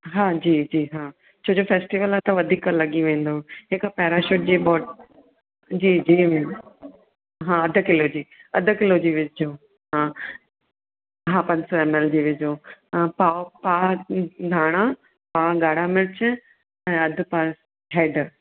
हाजी जी जी हा छो जो फेस्टिवल आहे त वधीक लॻी वेंदो हिकु पेराशूट जी बोट जी जी हा अधु किलो जी अधु किलो जी विझिजो हा हा पंज सौ एम एल जी विझो पाउ धाणा पाउ ॻाणा मिर्च ऐं अधु पाउ हेडु